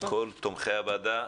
כל תומכי הוועדה.